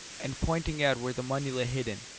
and pointing out where the money lay hidden,